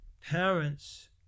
parents